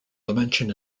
dimension